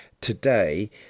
Today